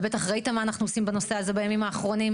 ובטח ראית מה אנחנו עושים בנושא הזה בימים האחרונים,